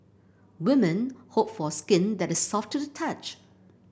women hope for skin that is soft to the touch